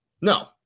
No